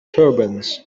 turbans